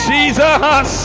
Jesus